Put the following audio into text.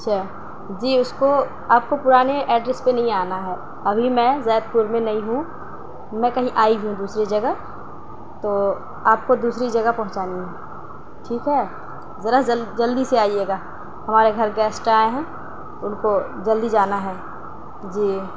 اچھا جی اس کو آپ کو پرانے ایڈریس پہ نہیں آنا ہے ابھی میں زیت پور میں نئی ہوں میں کہیں آئی ہوں دوسری جگہ تو آپ کو دوسری جگہ پہنچانی ہے ٹھیک ہے ذرا جلد جلدی سے آئیے گا ہمارے گھر گیسٹ آئے ہیں ان کو جلدی جانا ہے جی